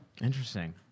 Interesting